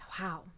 Wow